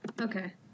Okay